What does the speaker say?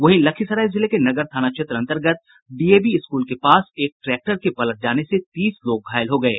वहीं लखीसराय जिले के नगर थाना क्षेत्र अंतर्गत डीएवी स्कूल के पास एक ट्रैक्टर के पलट जाने से तीस लोग घायल हो गये